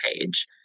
page